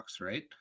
right